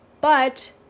but-